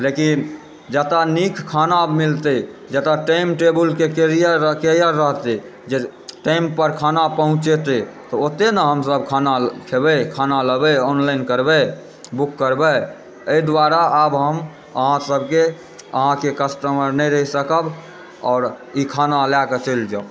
लेकिन जतए नीक खाना मिलतय जतए टाइम टेबुलके केयर रहतय जे टाइम पर खाना पहुँचेतय तऽ ओतए न हमसभ खाना खेबय खाना लेबय ऑनलाइन करबय बुक करबय एहि दुआरे आब हम अहाँसभके अहाँकेँ कस्टमर नहि रहि सकब आओर ई खाना लएके चलि जाउ